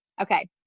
Okay